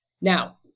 Now